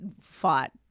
fought